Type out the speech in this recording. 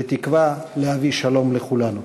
בתקווה להביא שלום לכולנו.